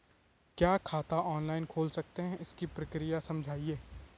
क्या खाता ऑनलाइन खोल सकते हैं इसकी प्रक्रिया समझाइए?